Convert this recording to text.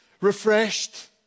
refreshed